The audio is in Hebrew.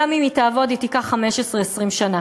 גם אם היא תעבוד, היא תיקח 15 20 שנה.